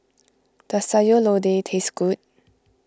does Sayur Lodeh taste good